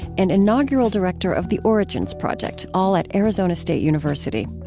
and inaugural director of the origins project, all at arizona state university.